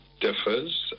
differs